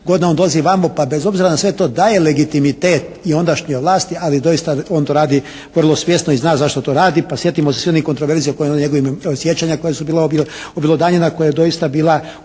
godina on dolazi ovamo pa bez obzira na sve to daje legitimitet i ondašnjoj vlasti ali doista on to radi vrlo svjesno i zna zašto to radi. Pa sjetimo se svih onih kontroverzija po onim njegovim, sjećanja koja su bila objelodanjena, koja je doista bila